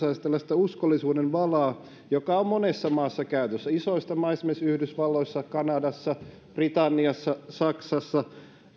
tällaista uskollisuuden valaa joka on monessa maassa käytössä isoista maissa esimerkiksi yhdysvalloissa kanadassa britanniassa saksassa